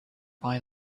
buy